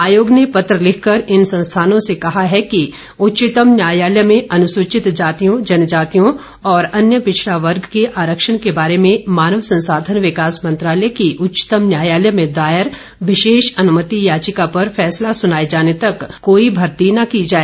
आयोग ने पत्र लिखकर इन संस्थानों से कहा है कि उच्चतम न्यायालय में अनुसूचित जातियों जनजातियों और अन्य पिछड़ा वर्ग के आरक्षण के बारे में मानव संसाधन विकास मंत्रालय की उच्चतम न्यायालय में दायर विशेष अनुमति याचिका पर फैसला सुनाए जाने तक कोई भर्ती न की जाए